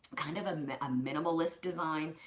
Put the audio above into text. kind of a minimalist design.